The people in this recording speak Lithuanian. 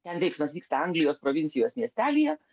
ten veiksmas vyksta anglijos provincijos miestelyje